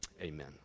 Amen